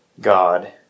God